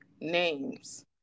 names